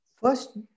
First